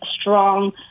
strong